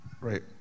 right